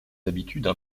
habitudes